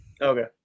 Okay